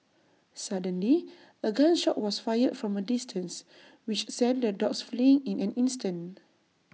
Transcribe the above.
suddenly A gun shot was fired from A distance which sent the dogs fleeing in an instant